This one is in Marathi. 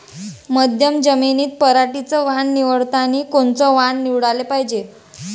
मध्यम जमीनीत पराटीचं वान निवडतानी कोनचं वान निवडाले पायजे?